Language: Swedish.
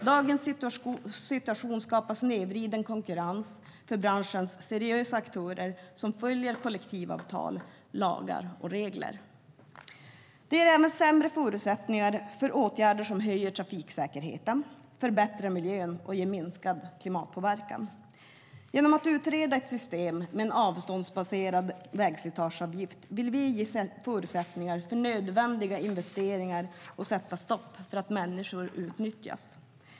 Dagens situation skapar snedvriden konkurrens för branschens seriösa aktörer, som följer kollektivavtal, lagar och regler. Det ger sämre förutsättningar för åtgärder som höjer trafiksäkerheten, förbättrar miljön och ger minskad klimatpåverkan. Genom att utreda ett system med en avståndsbaserad vägslitageavgift vill vi ge förutsättningar för nödvändiga investeringar och sätta stopp för utnyttjandet av människor.